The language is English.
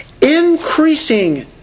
Increasing